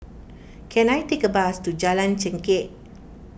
can I take a bus to Jalan Chengkek